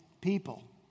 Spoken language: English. people